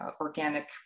organic